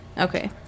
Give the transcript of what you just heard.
okay